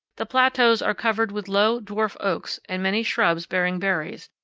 the plateaus are covered with low, dwarf oaks and many shrubs bearing berries,